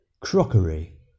Crockery